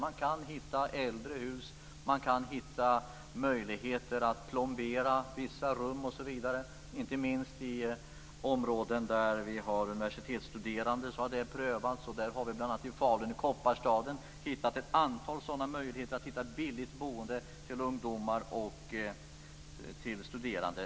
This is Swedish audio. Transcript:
Man kan hitta äldre hus, man kan hitta möjligheter att plombera vissa rum, osv. Inte minst i områden med universitetsstuderande har detta prövat. Bl.a. i Falun, i Kopparstaden, har man hittat ett antal möjligheter till billigt boende för ungdomar och för studerande.